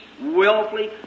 willfully